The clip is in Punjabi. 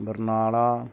ਬਰਨਾਲਾ